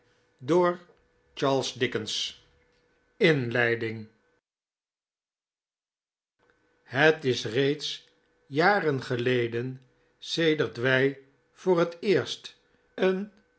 d i n g het is reeds jaren geleden sedert wij voor net eerst een